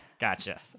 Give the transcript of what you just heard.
Gotcha